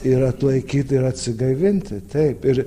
ir atlaikyt ir atsigaivinti taip ir